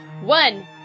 one